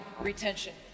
retention